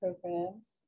programs